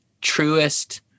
truest